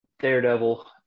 Daredevil